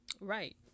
Right